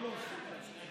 לא, לא.